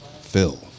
Phil